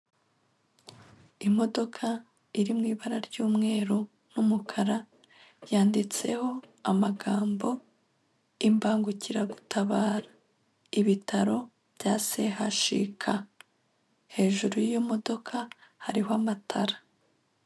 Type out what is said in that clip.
Imodoka iri mu ibara ry'umweru n'umukara yanditseho amagambo imbangukiragutabara ibitaro bya sehashika, hejuru y'iyo modoka hariho amatara.